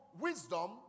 wisdom